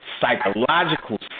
psychological